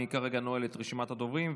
אני כרגע נועל את רשימת הדוברים.